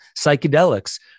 psychedelics